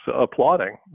applauding